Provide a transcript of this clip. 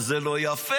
וזה לא יפה.